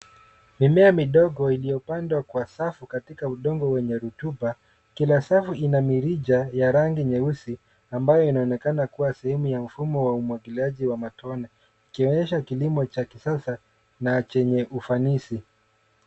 Mimea midogo iliyopandwa kwa safu katika udongo wenye rutuba. Kila safu ina mirija ya rangi nyeusi ambayo inaonekana kuwa sehemu ya umwagiliaji wa mfumo wa umwagiliaji wa matone, ikionyesha kilimo cha kisasa na chenye ufanisi.